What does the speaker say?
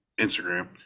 Instagram